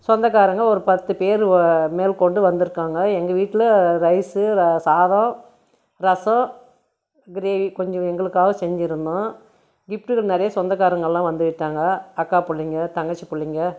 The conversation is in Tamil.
சொந்தகாரங்க ஒரு பத்து பேர் மேல்கொண்டு வந்திருக்காங்க எங்கள் வீட்டில் ரைஸு சாதம் ரசம் க்ரேவி கொஞ்சம் எங்களுக்காக செஞ்சுருந்தோம் நிறைய சொந்தக்காரங்கள்லாம் வந்துட்டாங்க அக்கா பிள்ளைங்க தங்கச்சி பிள்ளைங்க